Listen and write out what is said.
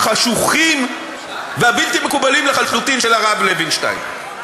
החשוכים והבלתי-מקובלים לחלוטין של הרב לוינשטיין.